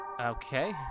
Okay